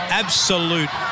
absolute